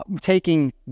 taking